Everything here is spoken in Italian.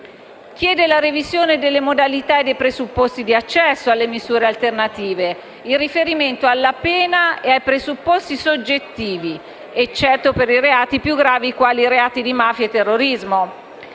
richiede la revisione delle modalità e dei presupposti di accesso alle misure alternative, in riferimento alla pena e ai presupposti soggettivi, eccetto per i reati più gravi quali reati di mafia e terrorismo.